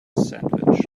sandwich